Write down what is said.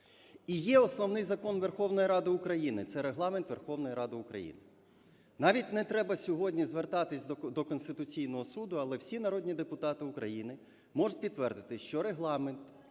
І є основний закон Верховної Ради України – це Регламент Верховної Ради України. Навіть не треба сьогодні звертатись до Конституційного Суду, але всі народні депутати України можуть підтвердити, що Регламент,